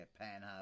Panhard